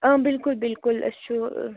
اۭں بلکل بلکل أسۍ چھُ